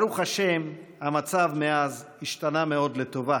ברוך השם, המצב מאז השתנה מאוד לטובה.